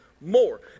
more